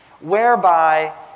whereby